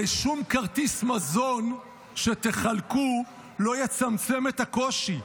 הרי שום כרטיס מזון שתחלקו לא יצמצם את הקושי.